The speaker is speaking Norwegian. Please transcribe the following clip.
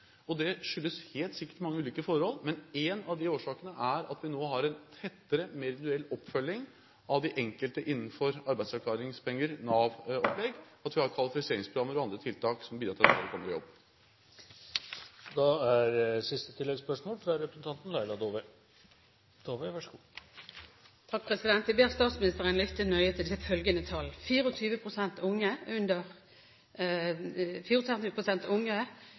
og det skyldes helt sikkert mange ulike forhold, men en av årsakene er at vi nå har en tettere, mer individuell oppfølging av den enkelte innenfor arbeidsavklaringspenger, Nav-opplegg, at vi har kvalifiseringsprogrammer og andre tiltak som bidrar til at flere kommer i jobb. Laila Dåvøy – til oppfølgingsspørsmål. Jeg ber statsministeren lytte nøye til følgende tall: 24 pst. økning i antallet unge uføre de siste fire år, 36 000 under